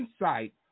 insight